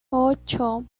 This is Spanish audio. ocho